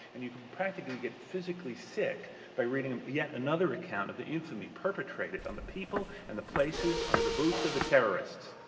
and you can practically get physically sick by reading and yet another account of the infamy perpetrated on the people and the places under the boots of the terrorists.